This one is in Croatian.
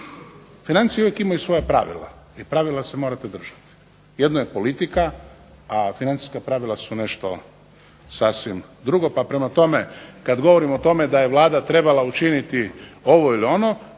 Financije uvijek imaju svoja pravila i pravila se morate držati, jedno je politika a financijska pravila su nešto sasvim drugo, pa prema tome kada govorimo o tome da je Vlada učiniti ovo ili ono